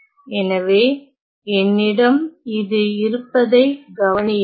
எனவே என்னிடம் இது இருப்பதை கவனியுங்கள்